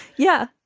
yeah,